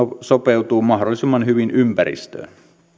sopeutuu mahdollisimman hyvin ympäristöön